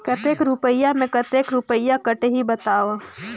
कतेक रुपिया मे कतेक रुपिया कटही बताव?